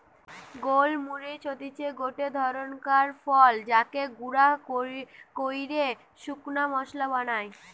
গোল মরিচ হতিছে গটে ধরণকার ফল যাকে গুঁড়া কইরে শুকনা মশলা বানায়